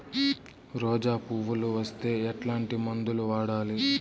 రోజా పువ్వులు వస్తే ఎట్లాంటి మందులు వాడాలి?